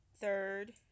third